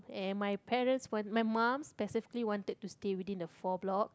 and my parents my mom specifically wanted to stay within the four block